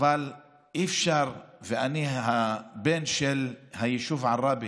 אבל אי-אפשר, ואני בן היישוב עראבה,